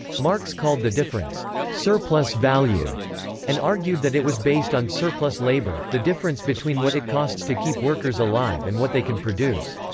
marx called the difference surplus value and argued that it was based on surplus labour, the difference between what it costs to keep workers alive and what they can produce.